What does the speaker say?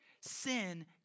Sin